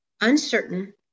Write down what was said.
uncertain